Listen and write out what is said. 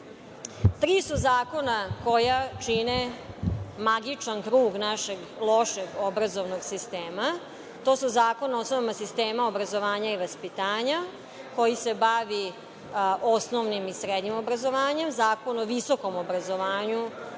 Tri su zakona koja čine magičan krug našeg lošeg obrazovnog sistema. To su Zakon o osnovama sistema obrazovanja i vaspitanja, koji se bavi osnovnim i srednjim obrazovanjem, Zakon o visokom obrazovanju,